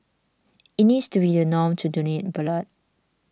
it needs to be the norm to donate blood